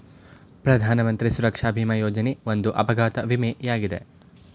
ಪ್ರಧಾನಮಂತ್ರಿ ಸುರಕ್ಷಾ ಭಿಮಾ ಯೋಜನೆ ಒಂದು ಅಪಘಾತ ವಿಮೆ ಯಾಗಿದೆ